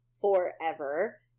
forever